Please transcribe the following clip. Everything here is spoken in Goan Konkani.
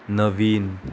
नवीन